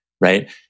right